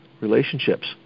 relationships